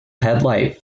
headlight